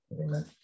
amen